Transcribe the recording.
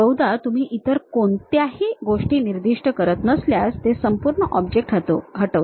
बहुधा तुम्ही इतर कोणत्याही गोष्टी निर्दिष्ट करत नसल्यास ते संपूर्ण ऑब्जेक्ट हटवते